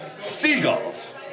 Seagulls